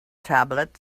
tablet